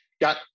got